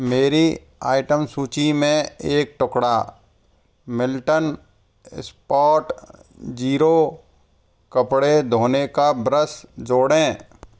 मेरी आइटम सूची में एक टुकड़ा मिल्टन स्पॉट ज़ीरो कपड़े धोने का ब्रश जोड़ें